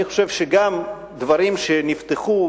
אני חושב שגם דברים שנפתחו,